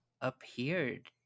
appeared